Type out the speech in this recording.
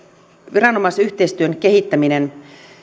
viranomaisyhteistyön kehittäminen